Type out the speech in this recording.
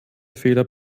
fehler